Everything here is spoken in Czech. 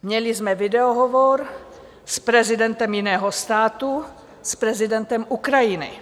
Měli jsme videohovor s prezidentem jiného státu, s prezidentem Ukrajiny.